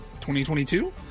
2022